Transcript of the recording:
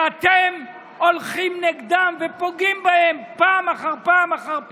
ואתם הולכים נגדם ופוגעים בהם פעם אחר פעם אחר פעם.